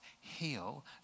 heal